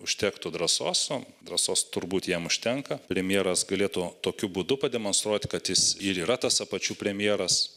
užtektų drąsos o drąsos turbūt jam užtenka premjeras galėtų tokiu būdu pademonstruot kad jis ir yra tas apačių premjeras